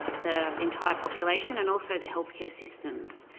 the entire population, and also the healthcare systems.